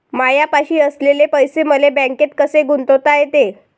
मायापाशी असलेले पैसे मले बँकेत कसे गुंतोता येते?